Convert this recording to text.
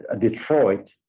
Detroit